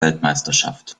weltmeisterschaft